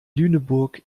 lüneburg